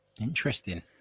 Interesting